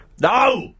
No